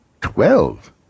Twelve